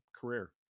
career